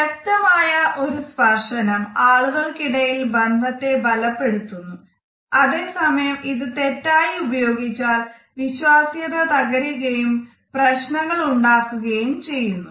വ്യക്തമായ ഒരു സ്പർശനം ആളുകൾക്കിടയിൽ ബന്ധത്തെ ബലപ്പെടുത്തുന്നു അതേ സമയം ഇത് തെറ്റായി ഉപയോഗിച്ചാൽ വിശ്വാസ്യത തകരുകയും പ്രശ്നങ്ങൾ ഉണ്ടാക്കുകയും ചെയ്യുന്നു